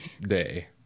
day